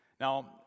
Now